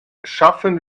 schaffen